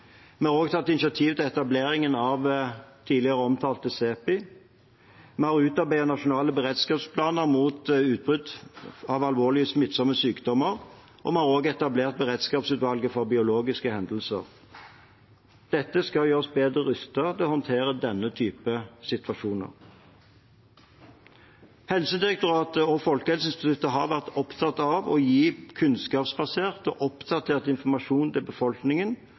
Vi har også tatt initiativ til å etablere tidligere omtalte CEPI. Vi har utarbeidet nasjonale beredskapsplaner mot utbrudd av alvorlige smittsomme sykdommer, og vi har etablert Beredskapsutvalget mot biologiske hendelser. Dette skal gjøre oss bedre rustet til å håndtere denne type situasjoner. Helsedirektoratet og Folkehelseinstituttet har vært opptatt av å gi kunnskapsbasert og oppdatert informasjon til befolkningen